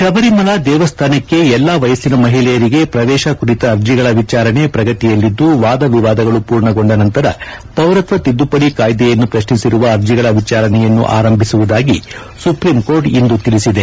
ಶಬರಿಮಲಾ ದೇವಸ್ವಾನಕ್ಕೆ ಎಲ್ಲಾ ವಯಸ್ಸಿನ ಮಹಿಳೆಯರಿಗೆ ಪ್ರವೇಶ ಕುರಿತ ಅರ್ಜಿಗಳ ವಿಚಾರಣೆ ಪ್ರಗತಿಯಲ್ಲಿದ್ದು ವಾದ ವಿವಾದಗಳು ಪೂರ್ಣಗೊಂಡ ನಂತರ ಪೌರತ್ವ ತಿದ್ದುವದಿ ಕಾಯ್ದೆಯನ್ನು ಪ್ರಶ್ನಿಸಿರುವ ಅರ್ಜಿಗಳ ವಿಚಾರಣೆಯನ್ನು ಆರಂಭಿಸುವುದಾಗಿ ಸುಪ್ರೀಂಕೋರ್ಟ್ ಇಂದು ತಿಳಿಸಿದೆ